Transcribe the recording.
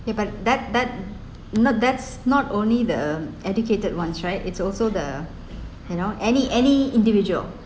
yeah but that that not that's not only the educated ones right it's also the you know any any individual